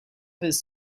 his